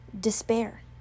despair